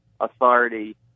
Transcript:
authority